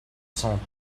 cent